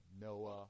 Noah